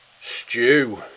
Stew